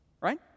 Right